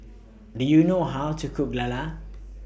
Do YOU know How to Cook Lala